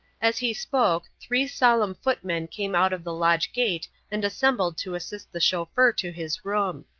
as he spoke, three solemn footmen came out of the lodge gate and assembled to assist the chauffeur to his room.